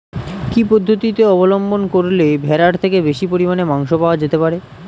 কি পদ্ধতিতে অবলম্বন করলে ভেড়ার থেকে বেশি পরিমাণে মাংস পাওয়া যেতে পারে?